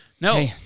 No